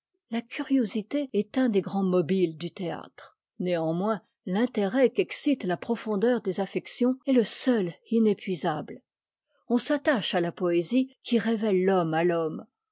la curiosité est un des grands mobiles du théâtre néanmoins l'intérêt qu'excite la profondeur des affections est le seul inépuisable on s'attache à la poésie qui révèle l'homme à l'homme